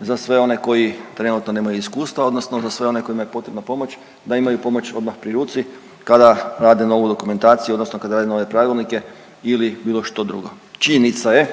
za sve one koji trenutno nemaju iskustva odnosno za sve one kojima je potrebna pomoć da imaju pomoć odmah pri ruci kada rade novu dokumentaciju odnosno kada rade nove pravilnike ili bilo što drugo. Činjenica je